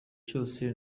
cyose